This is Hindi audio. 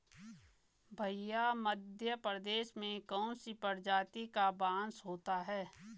भैया मध्य प्रदेश में कौन सी प्रजाति का बांस होता है?